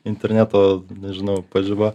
interneto nežinau pažiba